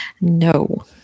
No